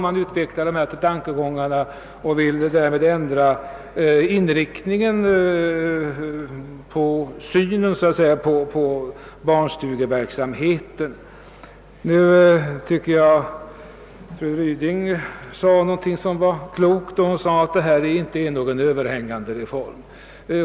Man utvecklar dessa tankegångar och vill ändra synen på barnstugeverksamheten. Fru Ryding sade någonting klokt när hon ansåg att detta inte var någon överhängande reform.